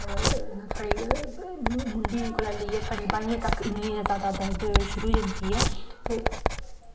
थुआढ़ी मुंडी जेह्ड़ी ऐ थुआढ़ी बाहियें तक्क इन्नी जादा दर्द होई जंदी ऐ ते